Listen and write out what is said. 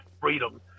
freedom